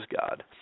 God